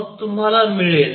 मग तुम्हाला मिळेल